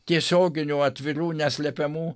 tiesioginių atvirų neslepiamų